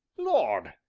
lord!